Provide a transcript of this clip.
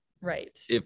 Right